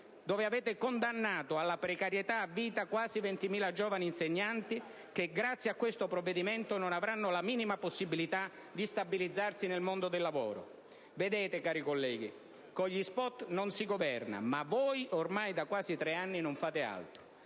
dove avete condannato alla precarietà a vita quasi 20.000 giovani insegnanti che, grazie a questo provvedimento, non avranno la minima possibilità di stabilizzarsi nel mondo del lavoro. Vedete, cari colleghi, con gli *spot* non si governa, ma voi, ormai da quasi tre anni, non fate altro.